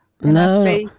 No